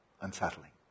unsettling